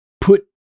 Put